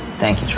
thank